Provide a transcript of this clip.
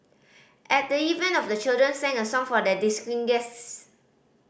at the event of the children sang a song for their distinguished guest